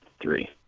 three